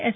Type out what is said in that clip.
yes